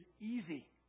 easy